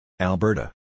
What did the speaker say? Alberta